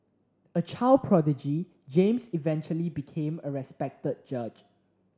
a child prodigy James eventually became a respected judge